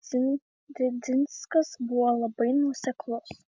didzinskas buvo labai nuoseklus